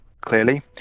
clearly